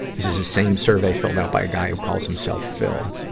this is the same survey filled out by a guy who calls himself phil.